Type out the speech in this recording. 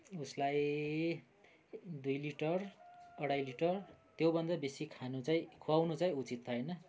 उसलाई दुई लिटर अढाई लिटर त्यो भन्दा बेसी खानु चाहिँ खुवाउनु चाहिँ उचित होइन